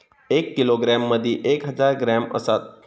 एक किलोग्रॅम मदि एक हजार ग्रॅम असात